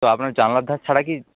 তো আপনার জানালার ধার ছাড়া কি